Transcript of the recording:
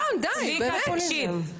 צביקה, צביקה, תקשיב.